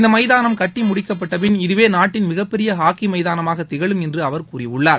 இந்த மைதானம் கட்டி முடிக்கப்படட பின் இதுவே நாட்டின் மிகப்பெரிய ஹாக்கி மைதானமாக திகழும் என்று அவர் கூறியுள்ளார்